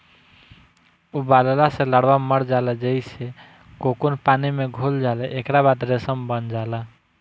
उबालला से लार्वा मर जाला जेइसे कोकून पानी में घुल जाला एकरा बाद रेशम बन जाला